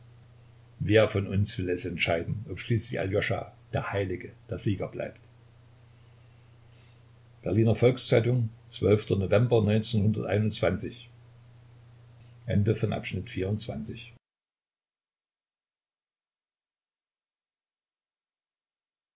wer von uns will es entscheiden ob schließlich aljoscha der heilige der sieger bleibt berliner volks-zeitung